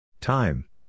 Time